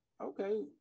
Okay